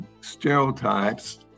stereotypes